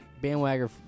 bandwagon